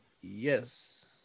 Yes